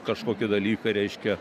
kažkokie dalykai reiškia